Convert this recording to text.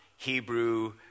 Hebrew